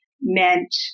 meant